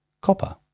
Copper